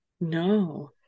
No